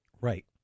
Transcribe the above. right